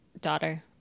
daughter